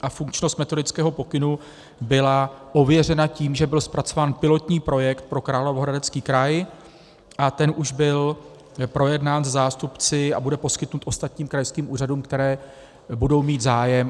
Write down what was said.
A funkčnost metodického pokynu byla ověřena tím, že byl zpracován pilotní projekt pro Královéhradecký kraj, a ten už byl projednán se zástupci a bude poskytnut ostatním krajským úřadům, které budou mít o takový plán zájem.